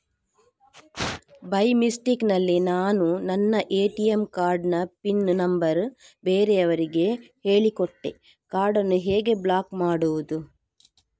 By mistake ನಲ್ಲಿ ನಾನು ನನ್ನ ಎ.ಟಿ.ಎಂ ಕಾರ್ಡ್ ನ ಪಿನ್ ನಂಬರ್ ಬೇರೆಯವರಿಗೆ ಹೇಳಿಕೊಟ್ಟೆ ಕಾರ್ಡನ್ನು ಈಗ ಹೇಗೆ ಬ್ಲಾಕ್ ಮಾಡುವುದು?